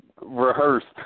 rehearsed